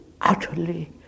utterly